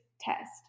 test